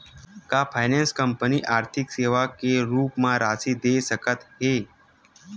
का finance company आर्थिक सेवा के रूप म राशि दे सकत हे?